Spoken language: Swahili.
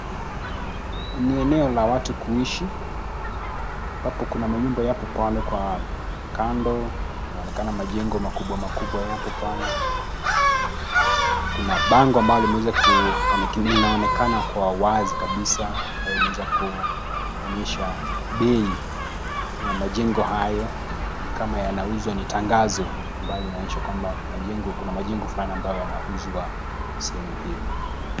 Ni eneo la watu kuishi, papo kuna manyumba yapo pale kwa kando, yanaonekana majengo makubwa makubwa yapo pale. Kuna bango ambalo limeweza, linaonekana kwa wazi kabisa ambayo imeweza kuonyesha bei ya majengo hayo, ni kama yanauzwa. Ni tangazo ambayo inaonyesha kwamba majengo, kuna majengo fulani ambayo yanauzwa sehemu hio.